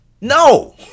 No